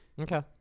Okay